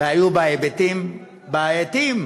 והיו בה היבטים בעייתיים